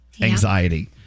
anxiety